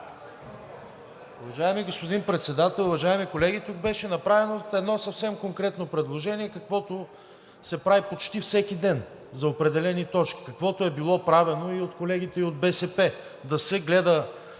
Уважаеми господин Председател, уважаеми колеги! Тук беше направено едно съвсем конкретно предложение, каквото се прави почти всеки ден, за определени точки. Каквото е било правено и от колегите и от БСП – да се гледа